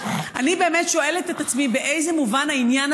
אני באמת שואלת את עצמי: באיזה מובן העניין